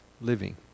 living